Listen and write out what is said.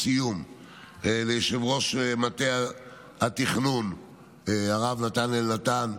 ליושב-ראש מטה התכנון הרב נתן אלנתן,